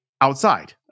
outside